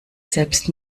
selbst